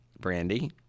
Brandy